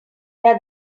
that